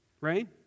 right